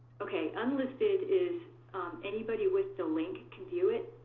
ok, unlisted is anybody with the link can do it,